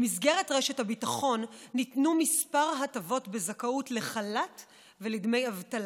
במסגרת רשת הביטחון ניתנו כמה הטבות וזכאות לחל"ת ולדמי אבטלה.